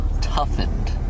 toughened